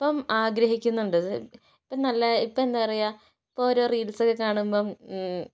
ഇപ്പം ആഗ്രഹിക്കുന്നുണ്ട് ഇപ്പം നല്ല ഇപ്പം എന്താ പറയുക ഇപ്പം ഓരോ റീൽസ് കാണുമ്പോൾ